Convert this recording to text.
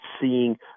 seeing